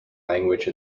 language